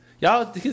Y'all